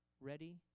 ready